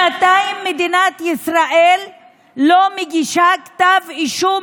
שנתיים מדינת ישראל לא מגישה כתב אישום